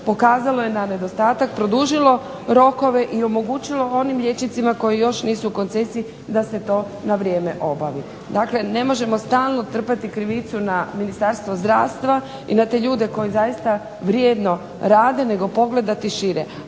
pokazalo je na nedostatak, produžilo rokove i omogućilo onim liječnicima koji još nisu u koncesiji da se to na vrijeme obavi. Dakle, ne možemo stalno trpati krivicu na Ministarstvo zdravstvo i na te ljude koji zaista vrijedno rade nego pogledati šire.